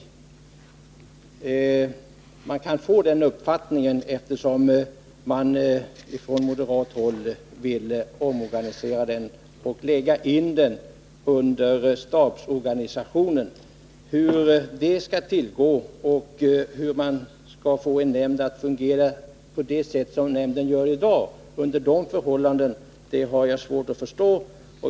Det är lätt att få den uppfattningen av att man från moderat håll vill omorganisera den och lägga in den under stabsorganisationen. Hur det skall gå till och hur man under de förhållandena skall få en nämnd att fungera på det sätt som nämnden gör i dag har jag svårt att förstå.